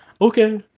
Okay